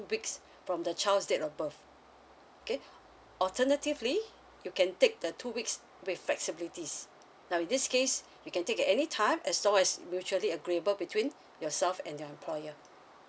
weeks from the child's date of birth okay alternatively you can take the two weeks with flexibilities now in this case you can take at any time as long as mutually agreeable between yourself and your employer